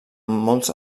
molts